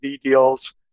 deals